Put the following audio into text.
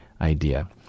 idea